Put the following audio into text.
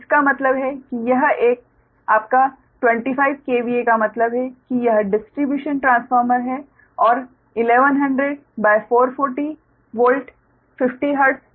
इसका मतलब है कि यह एक तुम्हारा 25KVA का मतलब है कि यह डिस्ट्रिब्यूशन ट्रांसफार्मर है और 1100440 वोल्ट 50 हर्ट्ज